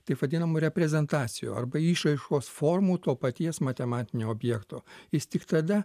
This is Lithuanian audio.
taip vadinamų reprezentacijų arba išraiškos formų to paties matematinio objekto jis tik tada